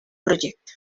proyecto